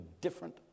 different